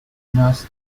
north